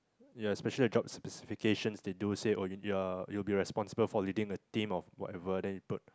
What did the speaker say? yeah especially the job's specifications they do say oh you are you will be responsible for leading a team of whatever then you put